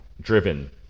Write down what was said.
driven